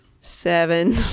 Seven